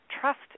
trust